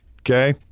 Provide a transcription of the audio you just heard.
Okay